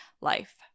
life